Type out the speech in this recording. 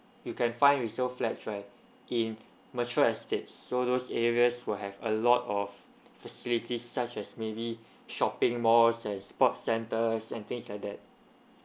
you can find resale flats right in mature estates so those areas will have a lot of facilities such as maybe shopping malls and sport centers and things like that